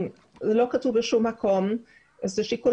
זה לא כתוב בנוהל ולא כתוב בשום מקום אלא זה שיקול